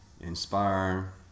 inspire